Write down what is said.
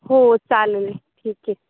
हो चालेल ठीक आहे